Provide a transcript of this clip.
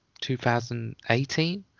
2018